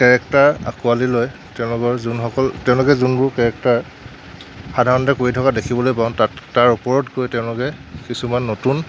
character আঁকোৱালী লৈ তেওঁলোকৰ যোনসকল তেওঁলোকে যোনবোৰ কেৰেক্টাৰ সাধাৰণতে কৰি থকা দেখিবলৈ পাওঁ তাত তাৰ ওপৰত গৈ তেওঁলোকে কিছুমান নতুন